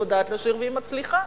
היא יודעת לשיר והיא מצליחה.